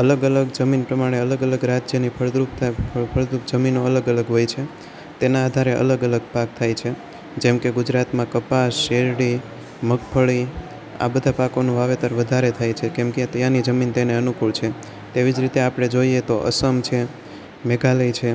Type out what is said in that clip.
અલગ અલગ જમીન પ્રમાણે અલગ અલગ રાજ્યની ફળદ્રુપતા ફળ ફળદ્રુપ જમીનો અલગ અલગ હોય છે તેના આધારે અલગ અલગ પાક થાય છે જેમકે ગુજરાતમાં કપાસ શેરડી મગફળી આ બધાં પાકોનું વાવેતર વધારે થાય છે કેમકે ત્યાંની જમીન તેને અનુકૂળ છે તેવી જ રીતે આપણે જોઈએ તો અસમ છે મેઘાલય છે